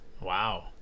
Wow